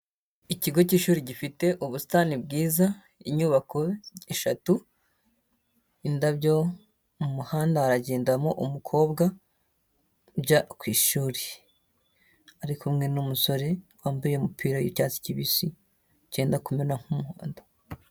Ikigo cy'ishuri gifite ubusitani bwiza, inyubako eshatu, indabyo. Mu muhanda haragendamo umukobwa ujya ku ishuri, arikumwe n'umusore wambaye umupira w'ibyatsi kibisi cyenda kumera nk'umuhondo.